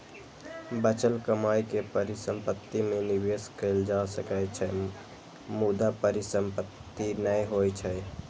बचल कमाइ के परिसंपत्ति मे निवेश कैल जा सकै छै, मुदा परिसंपत्ति नै होइ छै